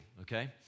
okay